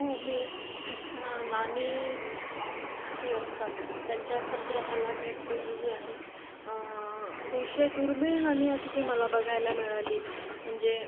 हो मी नाणी जी असतात त्यांच्या संग्रहाला भेट दिलेली आहे अतिशय दुर्मिळ नाणी आ तिथे मला बघायला मिळाली म्हणजे